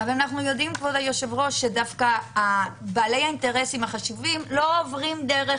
אבל אנו יודעים שבעלי האינטרסים החשובים לא עוברים דרך